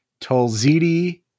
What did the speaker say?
Tolzidi